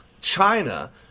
China